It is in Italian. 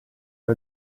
era